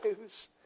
news